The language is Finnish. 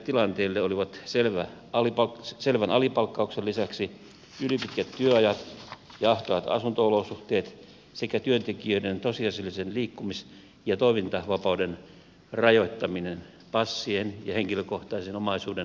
tunnusomaista näille tilanteille olivat selvän alipalkkauksen lisäksi ylipitkät työajat ja ahtaat asunto olosuhteet sekä työntekijöiden tosiasiallisen liikkumis ja toimintavapauden rajoittaminen passien ja henkilökohtaisen omaisuuden takavarikot